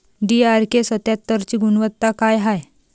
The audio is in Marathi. डी.आर.के सत्यात्तरची गुनवत्ता काय हाय?